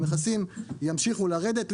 המכסים ימשיכו לרדת,